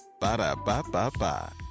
Ba-da-ba-ba-ba